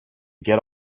get